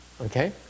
Okay